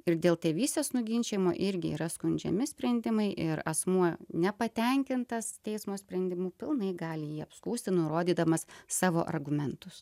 ir dėl tėvystės nuginčijimo irgi yra skundžiami sprendimai ir asmuo nepatenkintas teismo sprendimu pilnai gali jį apskųsti nurodydamas savo argumentus